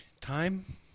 Time